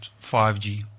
5G